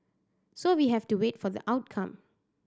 so we have to wait for the outcome